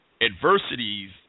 adversities